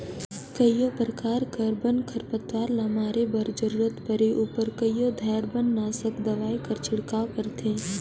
कइयो परकार कर बन, खरपतवार ल मारे बर जरूरत परे उपर कइयो धाएर बननासक दवई कर छिड़काव करथे